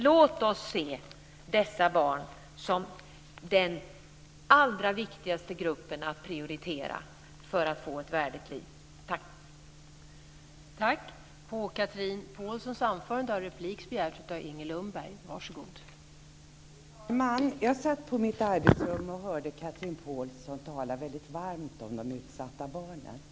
Låt oss se dessa barn som den allra viktigaste gruppen att prioritera för att de ska få ett värdigt liv.